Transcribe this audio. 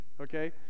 Okay